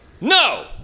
no